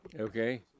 Okay